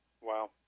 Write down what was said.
Wow